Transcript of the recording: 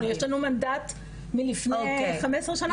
ברור, יש לנו מנדט מלפני 15 שנה.